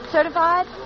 Certified